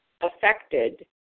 affected